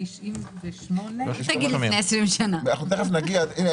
תיכף נגיע --- לא.